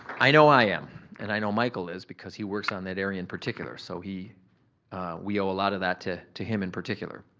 i know i am and i know michael is because he works on that area in particular. so, we owe a lot of that to to him in particular.